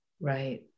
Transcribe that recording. right